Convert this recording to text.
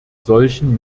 solchen